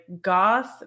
goth